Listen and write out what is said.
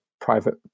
private